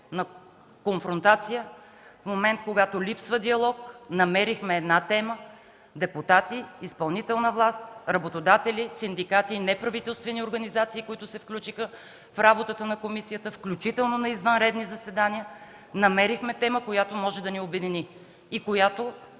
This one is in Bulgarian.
на конфронтация, в момент, когато липсва диалог, намерихме една тема – депутати, изпълнителна власт, работодатели, синдикати и неправителствени организации, които се включиха в работата на комисията, включително на извънредни заседания – която може да ни обедини и с която